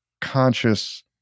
conscious